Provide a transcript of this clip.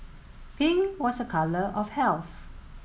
pink was a colour of health